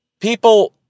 people